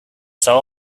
soul